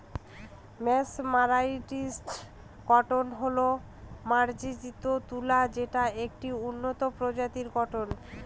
mesmerised cotton হল মার্জারিত তুলা যেটা একটি উন্নত প্রজাতির কটন